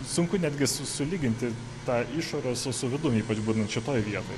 sunku netgi su sulyginti tą išorę su su vidum ypač būnant šitoj vietoj